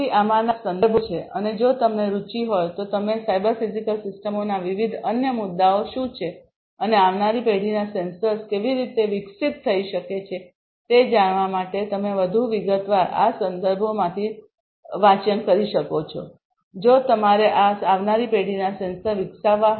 તેથી આમાંના આ કેટલાક સંદર્ભો છે અને જો તમને રુચિ હોય તો તમે સાયબર ફિઝિકલ સિસ્ટમોના વિવિધ અન્ય મુદ્દાઓ શું છે અને આવનારી પેઢીના સેન્સર કેવી રીતે વિકસિત થઈ શકે છે તે જાણવા માટે તમે વધુ વિગતવાર આ સંદર્ભોમાંથી પસાર થઈ શકો છો જો તમારે આ આવનારી પેઢીના સેન્સર વિકસાવવા પડશે